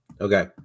Okay